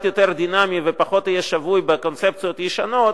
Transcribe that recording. יותר דינמי ופחות יהיה שבוי בקונספציות ישנות,